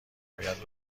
باید